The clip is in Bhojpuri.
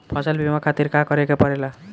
फसल बीमा खातिर का करे के पड़ेला?